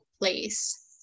place